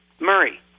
Murray